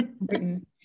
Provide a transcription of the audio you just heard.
Britain